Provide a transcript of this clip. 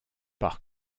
par